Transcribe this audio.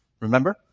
Remember